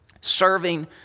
serving